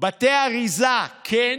בתי אריזה כן?